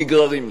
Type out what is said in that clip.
נגררים לשם.